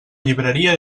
llibreria